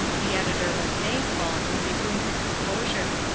the editor was thankful, and resumed his composure.